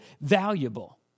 valuable